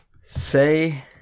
Say